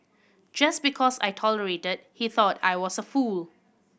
just because I tolerated he thought I was a fool